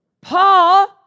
Paul